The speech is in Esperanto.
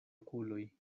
okuloj